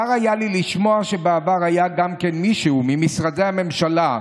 צר היה לי לשמוע שבעבר היה מישהו ממשרדי הממשלה,